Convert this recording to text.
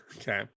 okay